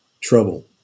trouble